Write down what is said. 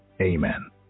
Amen